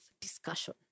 discussion